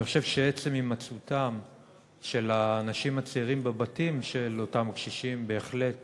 אני חושב שעצם הימצאותם של האנשים הצעירים בבתים של אותם קשישים בהחלט